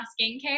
skincare